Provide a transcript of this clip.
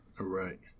Right